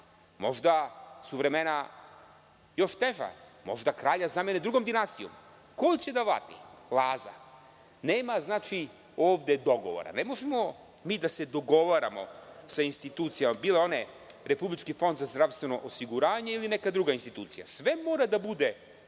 Možda su vremena još teža. Možda kralja zamene drugom dinastijom. Ko će da vrati? Laza.“Znači, ovde nema dogovora. Ne možemo mi da se dogovaramo sa institucijama, bile one Republički fond za zdravstveno osiguranje ili neka druga institucija. Sve mora da bude utemeljeno